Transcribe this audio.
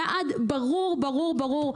יעד ברור ונחרץ.